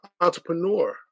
entrepreneur